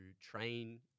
train